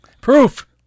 Proof